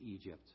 Egypt